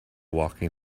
walking